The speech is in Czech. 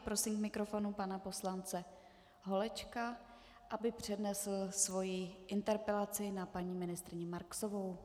Prosím k mikrofonu pana poslance Holečka, aby přednesl svoji interpelaci na paní ministryni Marksovou.